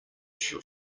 shall